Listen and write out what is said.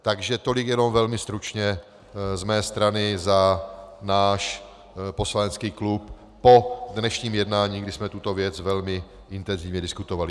Takže tolik jenom velmi stručně z mé strany za náš poslanecký klub po dnešním jednání, kdy jsme tuto věc velmi intenzivně diskutovali.